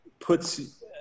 puts